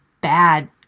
bad